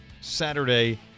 Saturday